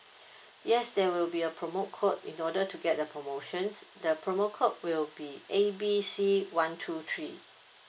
yes there will be a promo code in order to get the promotions the promo code will be A B C one two three